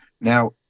now